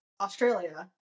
australia